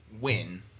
win